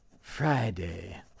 Friday